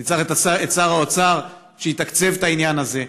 צריך את שר האוצר שיתקצב את העניין הזה.